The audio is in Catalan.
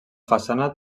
façana